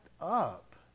up